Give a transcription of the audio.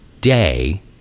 day